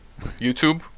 YouTube